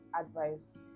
advice